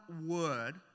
word